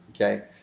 Okay